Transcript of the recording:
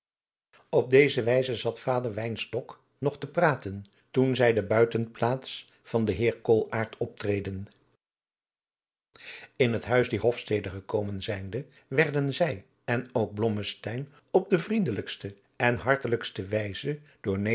op deze wijze zat vader wynstok nog tepraten toen zij de buitenplaats van den heer koolaart opreden in het huis dier hofstede gekomen zijnde werden zij en ook blommesteyn op de vriendelijkste en hartelijkste wijze door